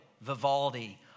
Vivaldi